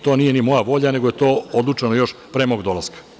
To nije ni moja volja nego je to odlučeno još pre mog dolaska.